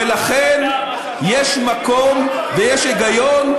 ולכן יש מקום ויש היגיון,